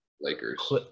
Lakers